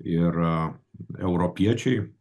ir europiečiai